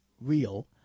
real